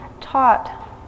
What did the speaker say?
taught